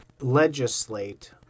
legislate